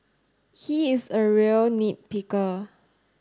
he is a real nit picker